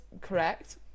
correct